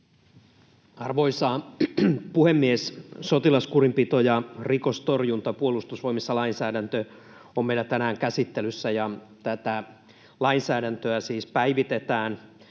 Arvoisa puhemies! Sotilaskurinpito ja rikostorjunta Puolustusvoimissa -lainsäädäntö on meillä tänään käsittelyssä, ja tätä lainsäädäntöä siis päivitetään.